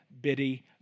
bitty